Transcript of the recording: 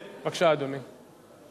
בבקשה, אדוני.